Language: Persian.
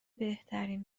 بهترین